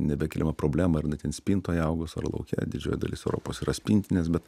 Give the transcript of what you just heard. nebekeliama problema ar jinai ten spintoj augus ar lauke didžioji dalis europos yra spintinės bet